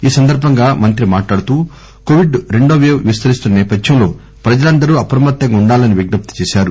ఈ సందర్బంగా మంత్రి మాట్లాడుతూ కొవిడ్ రెండో పేవ్ విస్తరిస్తున్న నేపధ్యంలో ప్రజలందరూ అప్రమత్తంగా ఉండాలని విజ్నప్తి చేశారు